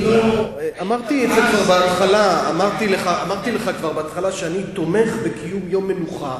אמרתי לך כבר בהתחלה שאני תומך בקיום יום מנוחה.